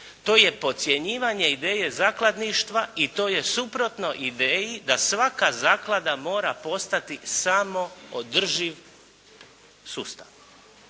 to je podcjenjivanje ideje zakladništva i to je suprotno ideji da svaka zaklada mora postati samo održiv sustav.